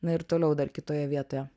na ir toliau dar kitoje vietoje